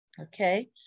Okay